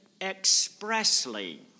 expressly